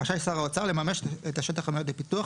רשאי שר האוצר לממש את השטח המיועד לפיתוח,